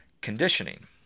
conditioning